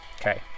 Okay